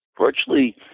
virtually